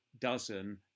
dozen